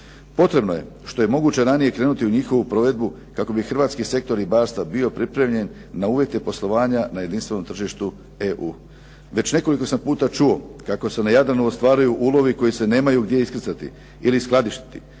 Potrebno je što je moguće ranije krenuti u njihovu provedbu kako bi hrvatski sektor ribarstva bio pripremljen na uvjete poslovanja na jedinstvenom tržištu EU. Već nekoliko sam puta čuo kako se na Jadranu ostvaruju ulovi koji se nemaju gdje iskrcati ili skladištiti.